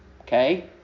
okay